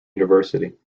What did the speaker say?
university